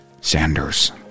Sanders